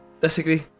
Disagree